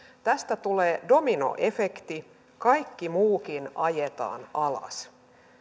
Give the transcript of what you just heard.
tästä tulee dominoefekti kaikki muukin ajetaan alas